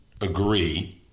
agree